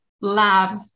lab